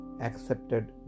accepted